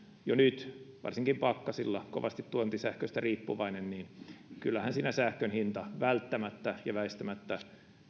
jo nyt varsinkin pakkasilla kovasti tuontisähköstä riippuvainen niin kyllähän siinä sähkön hinta välttämättä ja väistämättä